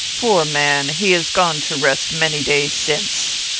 poor man! he is gone to rest many days since.